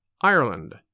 Ireland